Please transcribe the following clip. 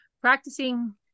practicing